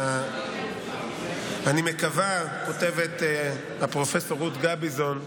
אני מקווה כותבת פרופ' רות גביזון,